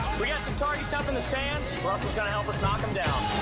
we got some targets up in the stands. russell's gonna help us knock em down.